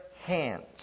hands